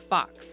Fox